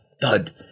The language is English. Thud